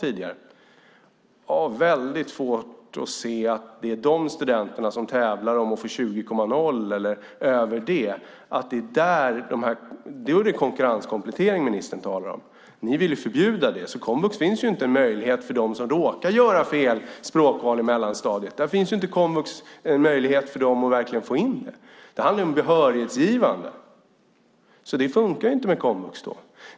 Jag har väldigt svårt att se att det är de studenterna som tävlar om att få 20.0 och mer. Då är det ju konkurrenskomplettering ministern talar om. Ni vill ju förbjuda det. I komvux finns det ingen möjlighet för dem som råkar göra fel språkval i mellanstadiet att få in det. Det handlar om behörighetsgivande. Det funkar inte med komvux då.